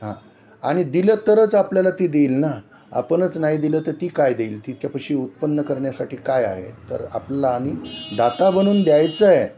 हां आणि दिलं तरच आपल्याला ती देईल ना आपणच नाही दिलं तर ती काय देईल तिच्यापाशी उत्पन्न करण्यासाठी काय आहे तर आपला आणि दाता बनून द्यायचं आहे